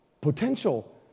potential